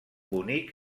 bonic